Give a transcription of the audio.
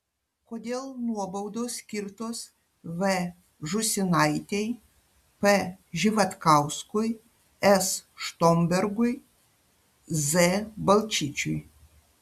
kodėl nuobaudos skirtos v žūsinaitei p živatkauskui s štombergui z balčyčiui